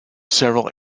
several